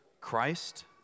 Christ